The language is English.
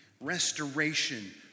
restoration